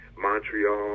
Montreal